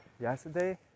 yesterday